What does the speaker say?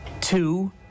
two